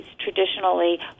traditionally